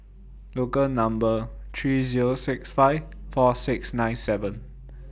Local Number three Zero six five four six nine seven